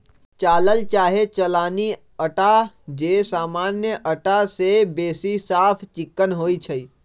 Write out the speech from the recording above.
चालल चाहे चलानी अटा जे सामान्य अटा से बेशी साफ चिक्कन होइ छइ